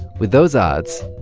with those odds,